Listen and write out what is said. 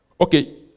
Okay